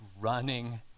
running